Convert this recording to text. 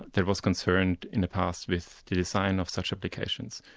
that was concerned in the past with the design of such applications,